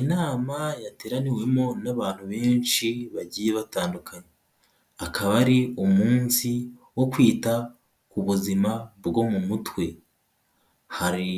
Inama yateraniwemo n'abantu benshi bagiye batandukanye, akaba ari umunsi wo kwita ku buzima bwo mu mutwe. Hari